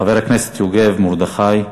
חבר הכנסת יוגב מרדכי.